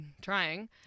trying